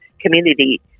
community